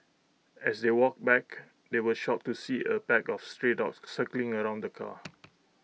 as they walked back they were shocked to see A pack of stray dogs circling around the car